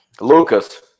Lucas